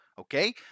Okay